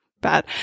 bad